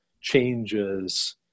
changes